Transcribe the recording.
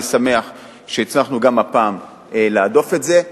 אני שמח שהצלחנו גם הפעם להדוף את זה.